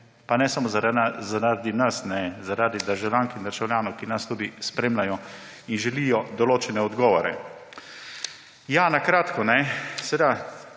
Pa ne samo zaradi nas, zaradi državljank in državljanov, ki nas tudi spremljajo in želijo določene odgovore. Na kratko.